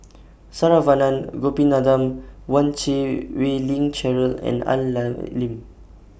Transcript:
Saravanan Gopinathan one Chan Wei Ling Cheryl and Al Lim